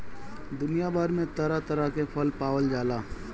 दुनिया भर में तरह तरह के फल पावल जाला